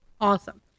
Awesome